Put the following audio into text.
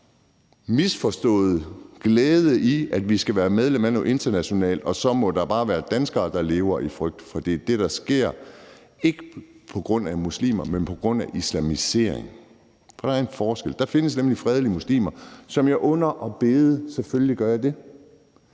misforståede glæde i, at vi skal være medlem af noget internationalt, og så må der bare være danskere, der lever i frygt for det, der sker, altså ikke på grund af muslimer, men på grund af islamisering. For der er en forskel. Der findes nemlig fredelige muslimer, som jeg under at bede. Selvfølgelig gør jeg